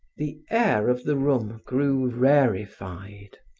the air of the room grew rarefied.